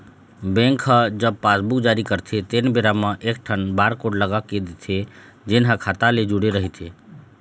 bank ह जब passbook जारी करथे तेन बेरा म एकठन बारकोड लगा के देथे जेन ह खाता ले जुड़े रहिथे